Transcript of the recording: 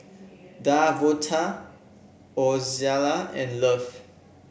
Davonta Ozella and Love